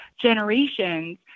generations